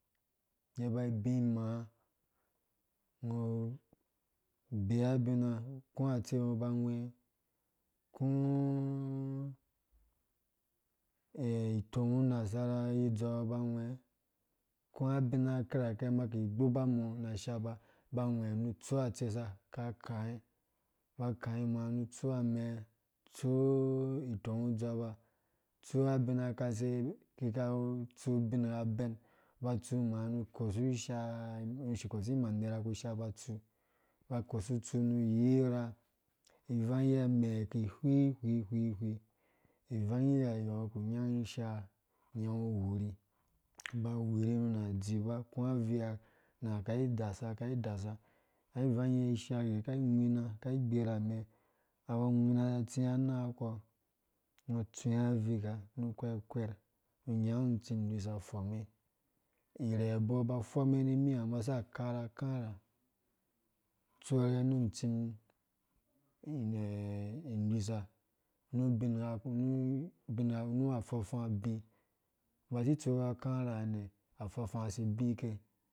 Ngy iba ibi imaa, ungo ubee abina ku atsei ba ba angwɛ itongu nasara iye udzou ba agw- aku abin kirakɛ umbɔ ki igbuba, na ashaba aba agwɛ mu utsu atsesa kakayi uba ukayi maa ungo utsu amɛɛ tsui itongu udzɔuba, utsu abin kase kika tsu ubringha ubɛɛn, ungo uba utsu ma mu ukosu ishaang, akosu imaner utsu nu uyii uraa ivangyɛ amɛ ki herii, herii hwi, hwei, ivangyɛ ha yɔɔ ungo ki inyangi ishaa, unyangu ugweri ungo uba ugweri nu na dziba ukú avia na kai ivasa kai desa har igbiirh mɛɛ, aba agwina za atsiá ra anang kɔ, ungo utsuwe avia nu kwɛ kwɛr nu unyangu utseim inuisa utɔme irhee abɔɔ aba afɔmerimiha, sa akara akarha atsorhe ru untsim inusa nu ubingha nu afa faa ubi ungo uba si ysukɔ akarha nɛ́ afafá si i abíke.